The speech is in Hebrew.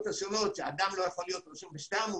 השונות כך שאדם לא יכול להיות רשום בשתי עמותות,